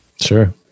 Sure